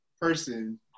person